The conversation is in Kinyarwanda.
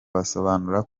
basobanura